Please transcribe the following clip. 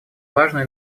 важную